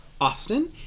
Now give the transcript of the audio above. Austin